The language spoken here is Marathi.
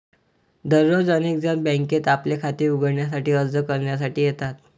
दररोज अनेक जण बँकेत आपले खाते उघडण्यासाठी अर्ज करण्यासाठी येतात